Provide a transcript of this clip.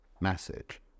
message